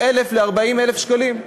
נע בין 30,000 ל-40,000 שקלים.